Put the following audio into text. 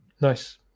nice